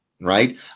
right